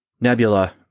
Nebula